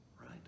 right